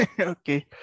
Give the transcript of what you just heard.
Okay